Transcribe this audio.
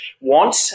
want